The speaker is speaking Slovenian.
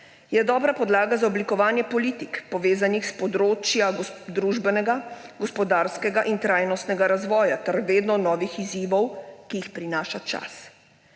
je dobra podlaga za oblikovanje politik, povezanih s področji družbenega, gospodarskega in trajnostnega razvoja ter vedno novih izzivov, ki jih prinaša čas.